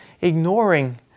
ignoring